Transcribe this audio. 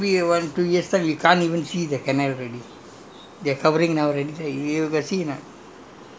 the the canal there now after a few maybe one two years time we can't even see the canal already